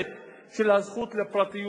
ביטאתי את דעתי שאני כופר במוסכמה הזאת.